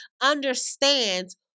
understands